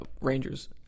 Rangers